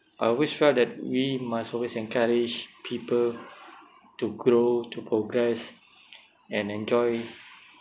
I always felt that we must always encourage people to grow to progress and enjoy